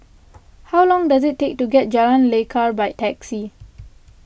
how long does it take to get to Jalan Lekar by taxi